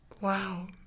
Wow